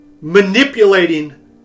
manipulating